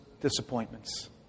disappointments